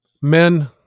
Men